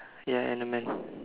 ya and the man